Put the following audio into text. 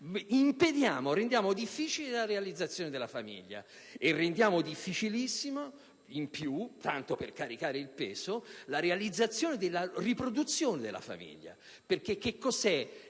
impediamo e rendiamo difficile la realizzazione della famiglia e rendiamo difficilissima, tanto per caricare il peso, la realizzazione della riproduzione della famiglia. Che cos'è